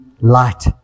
light